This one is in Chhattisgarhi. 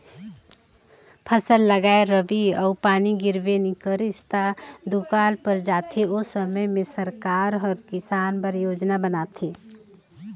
फसल लगाए रिबे अउ पानी गिरबे नी करिस ता त दुकाल पर जाथे ओ समे में सरकार हर किसान बर योजना बनाथे